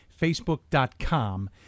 facebook.com